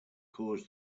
caused